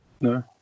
No